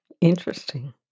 interesting